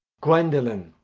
gwendolen.